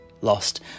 lost